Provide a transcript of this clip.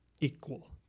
equal